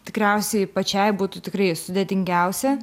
tikriausiai pačiai būtų tikrai sudėtingiausia